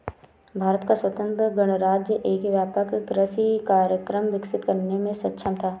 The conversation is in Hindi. भारत का स्वतंत्र गणराज्य एक व्यापक कृषि कार्यक्रम विकसित करने में सक्षम था